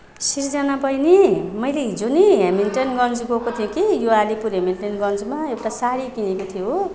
शृजना बैनी मैले हिजो नि हेमिल्टनगन्ज गएको थिएँ कि यो आलिपुर हेमिल्टनगन्जमा एउटा साडी किनेको थिएँ हो